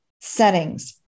settings